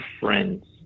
friends